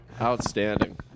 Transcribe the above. Outstanding